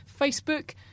Facebook